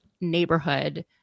neighborhood